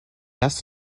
best